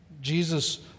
Jesus